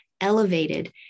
elevated